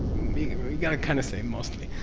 you got to kind of say mostly.